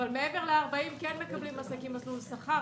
אבל מעבר ל-40 קילומטרים כן מקבלים עסקים מסלול שכר.